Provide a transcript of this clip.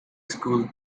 school